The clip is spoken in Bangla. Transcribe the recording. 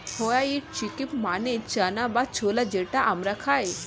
হোয়াইট চিক্পি মানে চানা বা ছোলা যেটা আমরা খাই